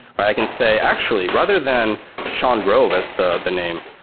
i can say actually, rather than sean grove as the the name,